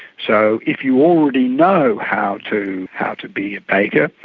so if you already know how to how to be a baker,